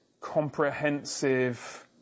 comprehensive